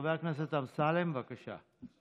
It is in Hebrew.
חבר הכנסת אמסלם, בבקשה.